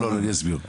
אני אסביר.